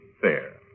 Fair